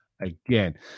again